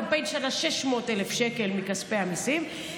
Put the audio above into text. קמפיין שעלה 600,000 שקל מכספי המיסים,